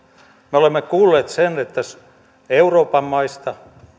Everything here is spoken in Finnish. me olemme kuulleet sen että euroopan maista